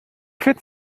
fit